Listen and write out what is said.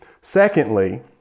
secondly